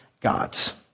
gods